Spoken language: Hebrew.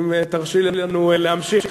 אם תרשי לנו להמשיך.